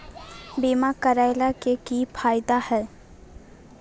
बीमा करैला के की फायदा है?